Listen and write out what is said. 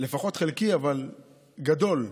לפחות חלקי, אבל גדול,